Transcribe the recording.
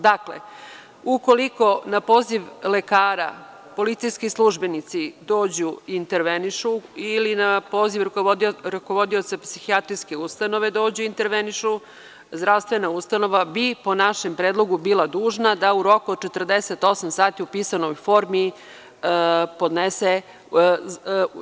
Dakle, ukoliko na poziv lekara policijski službenici dođu i intervenišu ili na poziv rukovodioca psihijatrijske ustanove dođu i intervenišu, zdravstvena ustanova i po našem predlogu bi bila dužna da u roku od 48 sati u pisanoj formi podnesezahtev.